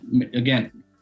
again